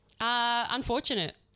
unfortunate